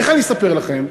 איך אני אספר לכם?